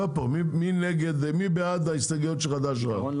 מי בעד ההסתייגויות של חד"ש תע"ל?